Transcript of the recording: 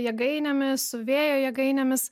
jėgainėmis su vėjo jėgainėmis